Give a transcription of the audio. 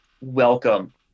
welcome